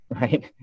right